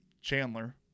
Chandler